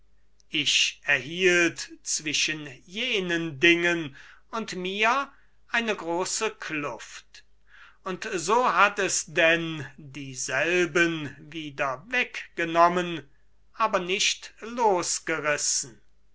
ich erhielt zwischen jenen dingen und mir eine große kluft und so hat es denn dieselben wieder weggenommen aber nicht losgerissen